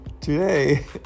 Today